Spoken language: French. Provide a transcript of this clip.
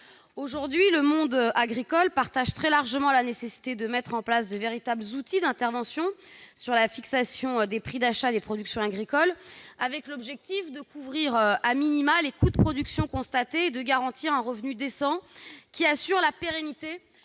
Aujourd'hui, le monde agricole partage très largement l'idée selon laquelle il est nécessaire de mettre en place de véritables outils d'intervention sur la fixation des prix d'achat des productions agricoles, avec l'objectif de couvrir les coûts de production constatés et de garantir un revenu décent qui assure la pérennité